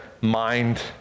mind